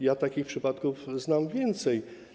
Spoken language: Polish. Ja takich przypadków znam więcej.